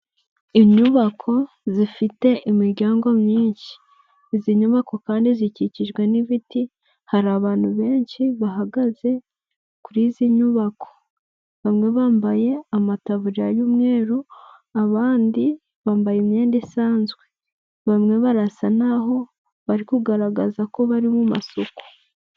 Inyubako zifite imiryango myinshi, izi nyubako kandi zikikijwe n'ibiti, hari abantu benshi bahagaze kuri izi nyubako, bamwe bambaye amatavuriya y'umweru abandi, bambaye imyenda isanzwe, bamwe barasa naho bari kugaragaza ko bari mu masuku.